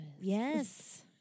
Yes